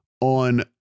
on